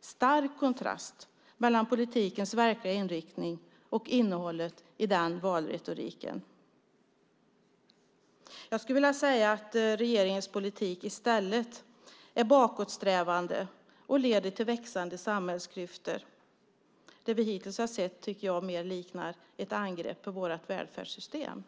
stark kontrast mellan politikens verkliga inriktning och innehållet i valretoriken. Jag skulle vilja säga att regeringens politik i stället är bakåtsträvande och leder till växande samhällsklyftor. Det vi hittills har sett liknar mer ett angrepp på vårt välfärdssystem.